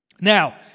Now